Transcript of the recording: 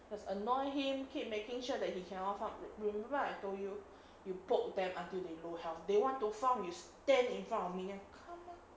just annoy him keep making sure that he cannot find re~ remember I told you you poke them until they low health they want to farm you stand in front of me then come ah